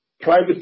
private